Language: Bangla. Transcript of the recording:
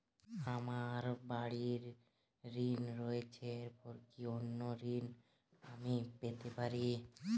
আমার বাড়ীর ঋণ রয়েছে এরপর কি অন্য ঋণ আমি পেতে পারি?